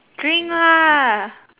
drink lah